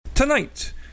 Tonight